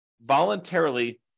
voluntarily